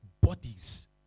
bodies